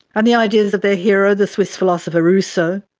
and the ideas of their hero, the swiss philosopher rousseau,